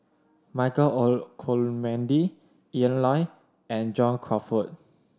Michael Olcomendy Ian Loy and John Crawfurd